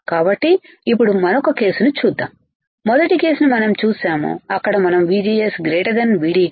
కాబట్టి ఇప్పుడు మరొక కేసును చూద్దాం మొదటి కేసును మనం చూశాము అక్కడ మనం VGS VT